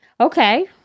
okay